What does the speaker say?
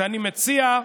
ואני מציע,